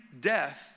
death